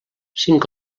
cinc